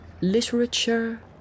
literature